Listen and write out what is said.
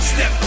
Step